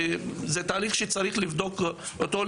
וזה תהליך שצריך לבדוק אותו.